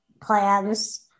plans